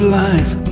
life